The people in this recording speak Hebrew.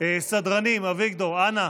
סדרנים, אביגדור, אנא.